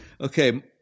okay